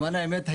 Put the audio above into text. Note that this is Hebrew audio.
למען האמת,